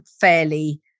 fairly